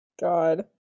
god